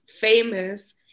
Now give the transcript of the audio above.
famous